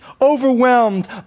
overwhelmed